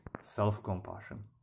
self-compassion